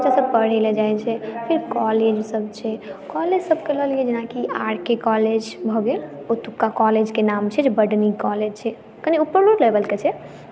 तऽ बच्चासभ पढ़य लए जाइ छै फेर कॉलेज सभ छै कॉलेज सभ के लऽ लिअ जेनाकी आर के कॉलेज भऽ गेल ओतुका कॉलेज के नाम छै जे बड नीक कॉलेज छै कनि ऊपरे लेबल के छै